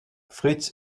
fritz